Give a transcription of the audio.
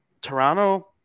Toronto